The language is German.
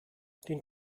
den